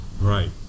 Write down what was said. Right